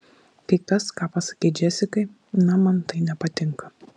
kai kas ką pasakei džesikai na man tai nepatinka